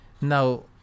Now